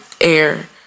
air